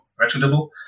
vegetable